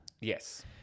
Yes